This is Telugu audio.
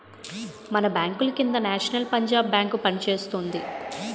మన బాంకుల కింద నేషనల్ పంజాబ్ బేంకు పనిచేస్తోంది